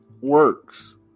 works